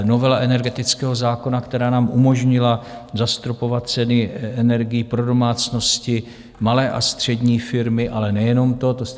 Novela energetického zákona, která nám umožnila zastropovat ceny energií pro domácnosti, malé a střední firmy, ale nejenom to.